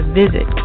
visit